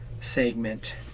segment